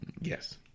Yes